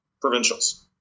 provincials